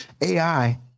AI